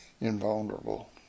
invulnerable